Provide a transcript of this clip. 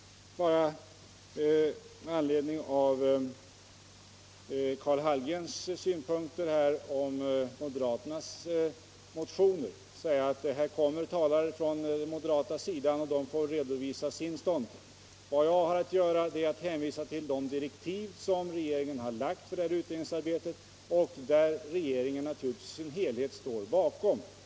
Med anledning av Karl Hallgrens synpunkter på moderaternas motioner kommer väl representanter för moderaterna själva senare i debatten att redovisa sin ståndpunkt. Vad jag har att göra är att hänvisa till de direktiv som regeringen har gett för det här utredningsarbetet och som naturligtvis regeringen i sin helhet står bakom.